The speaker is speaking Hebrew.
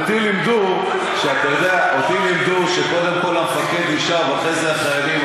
אותי לימדו שקודם כול המפקד נשאר ואחרי זה החיילים,